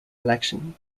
election